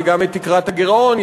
וגם את תקרת הגירעון,